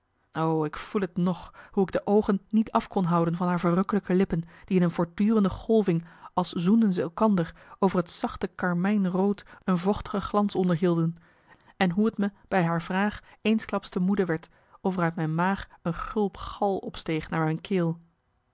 ik voel t nog hoe ik de oogen niet af kon houden van haar verrukkelijke lippen die in een voortdurende golving als zoenden ze elkander over het zachte karmijnrood een vochtige glans onderhielden en hoe t me bij haar vraag eensklaps te moede werd of er uit mijn maag een gulp gal opsteeg naar mijn keel